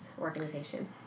organization